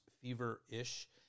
feverish